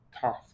tough